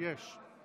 יש.